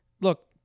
Look